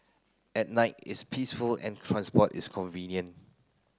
at night it's peaceful and transport is convenient